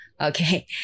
Okay